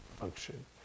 function